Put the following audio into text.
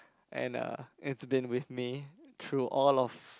and uh it's been with me through all of